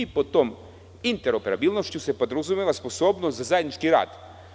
Pod tom interoperabilnošću se podrazumeva sposobnost za zajednički rad.